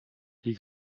die